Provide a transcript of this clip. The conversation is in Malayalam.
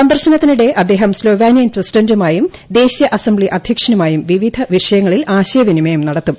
സന്ദർശനിത്തിനിടെ അദ്ദേഹം സ്ലോവേനിയൻ പ്രസിഡന്റുമായും ദേശീയ ക് അസംബ്ലി അധ്യക്ഷനുമായും വിവിധ വിഷയങ്ങളിൽ ആശയവിനിമിയ് നടത്തും